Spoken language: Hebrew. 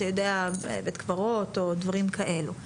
אתה יודע, בית קברות או דברים כאלה.